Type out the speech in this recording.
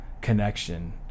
connection